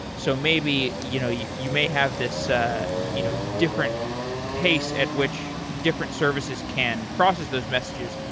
so maybe you know you you may have this ah you know different pace at which different services can process those messages.